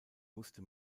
musste